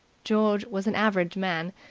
george was an average man,